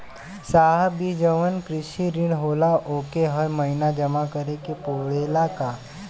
साहब ई जवन कृषि ऋण होला ओके हर महिना जमा करे के पणेला का?